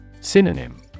Synonym